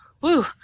woo